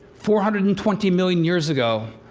four hundred and twenty million years ago,